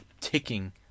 ticking